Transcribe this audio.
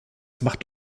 macht